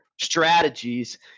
strategies